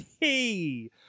hey